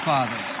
Father